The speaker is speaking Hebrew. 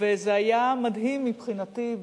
וזה היה מדהים מבחינתי,